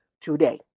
today